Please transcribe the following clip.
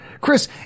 Chris